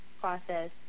process